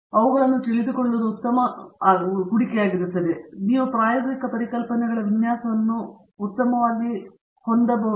ಅವುಗಳನ್ನು ತಿಳಿದುಕೊಳ್ಳುವುದು ಉತ್ತಮ ಹೂಡಿಕೆಯಾಗಿರುತ್ತದೆ ಇದರಿಂದ ನೀವು ಪ್ರಾಯೋಗಿಕ ಪರಿಕಲ್ಪನೆಗಳ ವಿನ್ಯಾಸವನ್ನು ಉತ್ತಮವಾಗಿ ಮೆಚ್ಚಬಹುದು